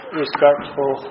respectful